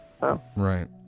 Right